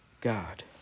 God